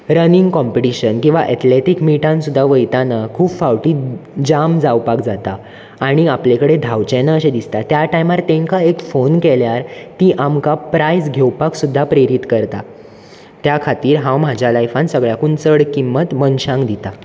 running competition किंवां athletic मिटांत सुद्दां वयतना खूब फावटी जाम जावपाक जाता आनी आपले कडेन जावचेना कशें दिसता त्या टायमार तेंकां एक फॉन केल्यार तीं आमकां प्रायज घेवपाक सुद्दां प्रेरीत करतात त्या खातीर हांव म्हाज्या लायफांत सगळ्यांकूय चड किंमत मनशांक दितां